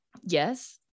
Yes